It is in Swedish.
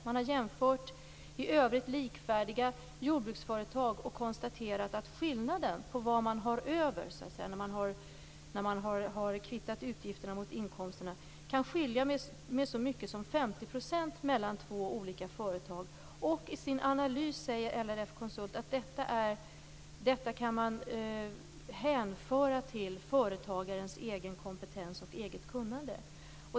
Man har jämfört i övrigt likvärdiga jordbruksföretag och konstaterat att skillnaden mellan vad jordbruksföretagen har över när de har kvittat utgifter mot inkomster kan skilja med så mycket som 50 % mellan två olika företag. I sin analys säger LRF Konsult att man kan hänföra detta till företagarens egna kompetens och kunnande.